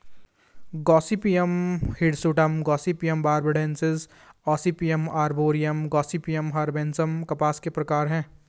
Gossypium hirsutum, Gossypium barbadense, Gossypium arboreum, Gossypium herbaceum कपास के प्रकार है